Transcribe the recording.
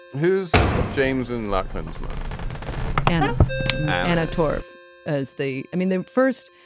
who's james and lachlan's mom anna anna took off as the i mean them first.